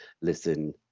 listen